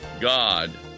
God